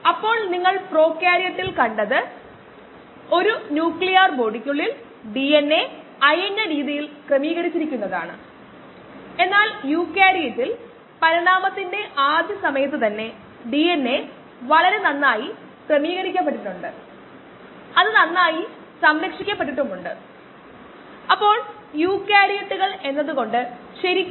ഈ പ്രത്യേക പ്രഭാഷണത്തിൽ നമുക്ക് അത് പരിഹരിക്കാം